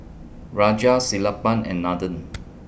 Raja Sellapan and Nathan